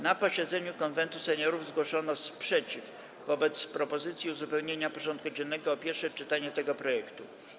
Na posiedzeniu Konwentu Seniorów zgłoszono sprzeciw wobec propozycji uzupełnienia porządku dziennego o pierwsze czytanie tego projektu.